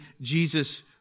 Jesus